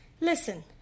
Listen